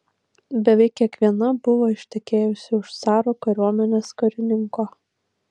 beveik kiekviena buvo ištekėjusi už caro kariuomenės karininko